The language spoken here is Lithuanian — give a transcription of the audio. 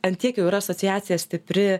ant tiek jau yra asociacija stipri